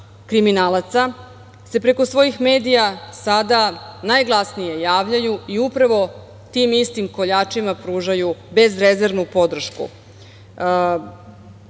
kriminalaca se preko svojih medija sada najglasnije javljaju i upravo tim istim koljačima pružaju bezrezervnu podršku. Ne